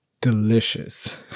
delicious